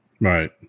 right